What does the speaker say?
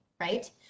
right